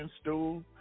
stool